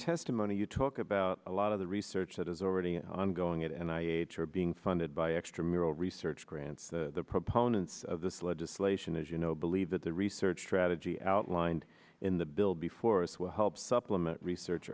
testimony you talk about a lot of the research that is already ongoing it and i are being funded by extramural research grants the proponents of this legislation as you know believe that the research strategy outlined in the bill before us will help supplement research